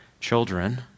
Children